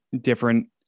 different